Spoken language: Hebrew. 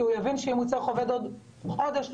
כי הוא יבין שאם בעוד חודש הוא יצטרך עובד,